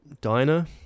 diner